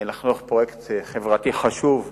כדי לחנוך פרויקט חברתי חשוב אחר,